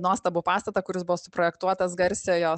nuostabų pastatą kuris buvo suprojektuotas garsiojo